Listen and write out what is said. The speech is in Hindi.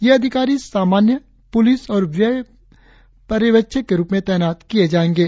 ये अधिकारी सामान्य पुलिस और व्यय पर्यवेक्षक के रुप में तैनात किए जाएंगे